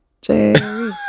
Jerry